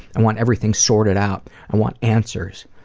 i want everything sorted out. i want answers